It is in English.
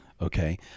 okay